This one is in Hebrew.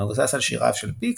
המבוסס על שיריו של פיק,